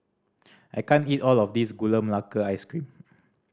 I can't eat all of this Gula Melaka Ice Cream